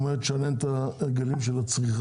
הוא אומר, תשנה את ההרגלים של הצריכה.